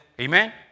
Amen